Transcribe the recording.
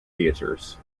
theaters